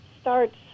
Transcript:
starts